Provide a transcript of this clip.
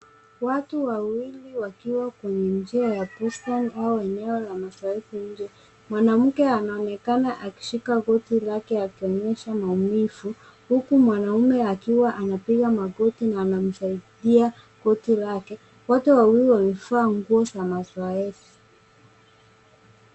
Watu wawili wakiwa kwenye njia ya bustani au eneo la mazoezi nje. Mwanamke anaonekana akishika goti lake akionyesha maumivu huku mwanaume akiwa anapiga magoti na anamsaidia goti lake. Wote wawili wameva nguo za mazoezi.